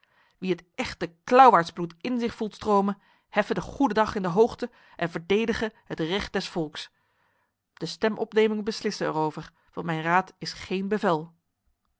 wie het echte klauwaardsbloed in zich voelt stromen heffe de goedendag in de hoogte en verdedige het recht des volks de stemopneming beslisse erover want mijn raad is geen bevel